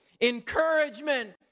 encouragement